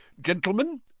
Gentlemen